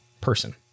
person